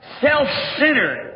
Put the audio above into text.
self-centered